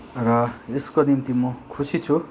र यसको निम्ति म खुसी छु